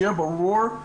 שיהיה ברור,